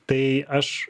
tai aš